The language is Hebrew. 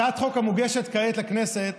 הצעת חוק המוגשת כעת לכנסת